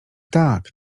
tak